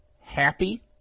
happy